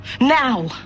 Now